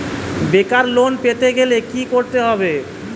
বেকার লোন পেতে গেলে কি করতে হবে?